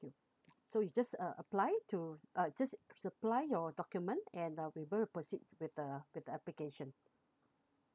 so you just uh apply to uh just supply your document and uh proceed with the with the application